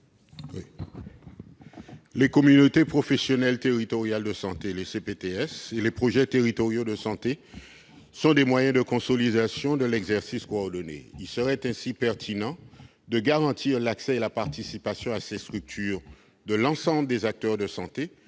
Les communautés professionnelles territoriales de santé, les CPTS, et les projets territoriaux de santé sont des moyens de consolidation de l'exercice coordonné. Il serait pertinent de garantir l'accès et la participation à ces structures de l'ensemble des acteurs de santé,